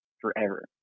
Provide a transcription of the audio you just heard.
forever